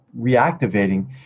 reactivating